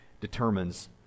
determines